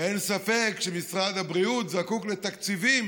ואין ספק שמשרד הבריאות זקוק לתקציבים